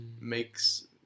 makes